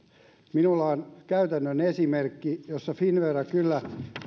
minulla on käytännön esimerkki jossa finnvera kyllä